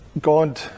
God